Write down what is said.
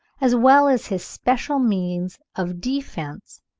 as well as his special means of defence,